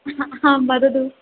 हा हा वदतु